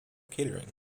catering